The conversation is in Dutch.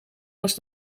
was